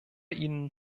ihnen